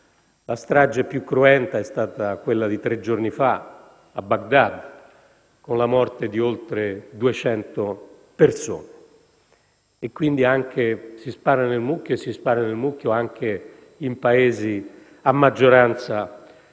La strage più cruenta è stata quella di tre giorni fa a Baghdad, con la morte di oltre 200 persone. Si spara quindi nel mucchio e si spara nel mucchio anche in Paesi a maggioranza musulmana.